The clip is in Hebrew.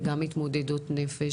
וגם מתמודדות נפש,